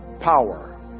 power